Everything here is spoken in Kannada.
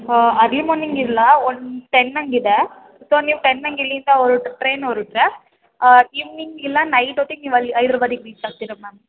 ಓಹ್ ಅರ್ಲಿ ಮಾರ್ನಿಂಗ್ ಇಲ್ಲ ಒಂದು ಟೆನ್ ಹಂಗಿದೆ ಸೊ ನೀವು ಟೆನ್ ಹಂಗ್ ಇಲ್ಲಿಂದ ಹೊರ್ಟು ಟ್ರೈನ್ ಹೊರಟ್ರೆ ಇವ್ನಿಂಗ್ ಇಲ್ಲ ನೈಟ್ ಹೊತ್ತಿಗ್ ನೀವು ಅಲ್ಲಿ ಹೈದರಾಬಾದಿಗ್ ರೀಚ್ ಆಗ್ತೀರ ಮ್ಯಾಮ್